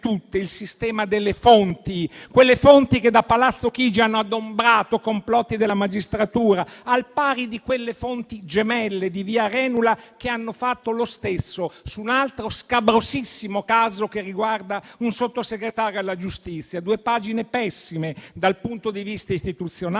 tutte il sistema delle fonti, quelle fonti che da Palazzo Chigi hanno adombrato complotti della magistratura, al pari di quelle fonti gemelle di via Arenula che hanno fatto lo stesso su un altro scabrosissimo caso che riguarda un Sottosegretario alla giustizia. Sono due pagine pessime dal punto di vista istituzionale,